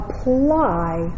apply